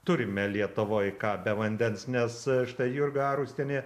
turime lietuvoj ką be vandens nes štai jurga arustienė